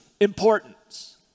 importance